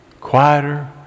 quieter